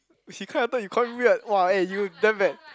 if he can't enter you call him weird !wah! eh you damn bad